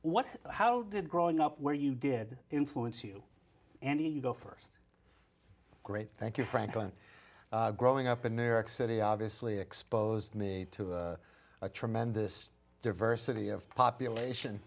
what how did growing up where you did influence you and you go first great thank you franklin growing up in new york city obviously exposed me to a tremendous diversity of population